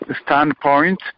standpoint